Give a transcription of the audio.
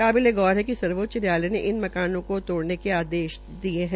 काबिलेगौर है कि सर्वोच्च न्यायालय ने इन मकानों को तोड़ने के आदेश दिये है